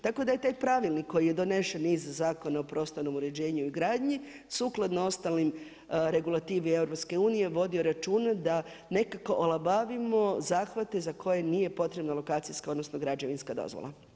Tako da je taj pravilnik koji je donesen iz Zakona o prostornom uređenju i gradnji, sukladno ostalim regulativi EU vodio računa da nekako olabavimo zahvate za kojim nije potrebna lokacijska, odnosno građevinska dozvola.